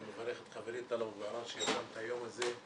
ואני מברך את חברי טלב אבו עראר שיזם את היום הזה.